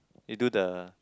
they do the